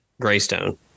Greystone